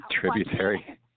Tributary